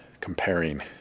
comparing